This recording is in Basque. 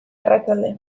arratsalde